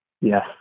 Yes